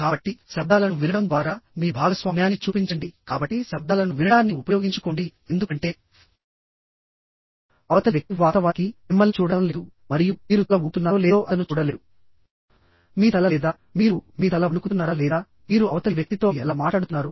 కాబట్టి శబ్దాలను వినడం ద్వారా మీ భాగస్వామ్యాన్ని చూపించండి కాబట్టి శబ్దాలను వినడాన్ని ఉపయోగించుకోండి ఎందుకంటే అవతలి వ్యక్తి వాస్తవానికి మిమ్మల్ని చూడటం లేదు మరియు మీరు తల ఊపుతున్నారో లేదో అతను చూడలేడు మీ తల లేదా మీరు మీ తల వణుకుతున్నారా లేదా మీరు అవతలి వ్యక్తితో ఎలా మాట్లాడుతున్నారు